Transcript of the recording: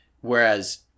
Whereas